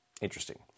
Interesting